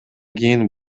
кийин